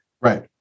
Right